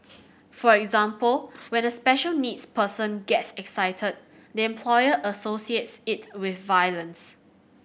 for example when a special needs person gets excited the employer associates it with violence